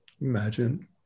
Imagine